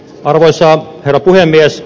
arvoisa herra puhemies